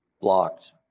blocked